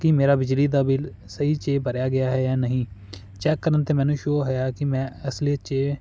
ਕੀ ਮੇਰਾ ਬਿਜਲੀ ਦਾ ਬਿਲ ਸਹੀ 'ਚ ਭਰਿਆ ਗਿਆ ਹੈ ਜਾਂ ਨਹੀਂ ਚੈੱਕ ਕਰਨ 'ਤੇ ਮੈਨੂੰ ਸ਼ੋ ਹੋਇਆ ਕਿ ਮੈਂ ਅਸਲੀ 'ਚ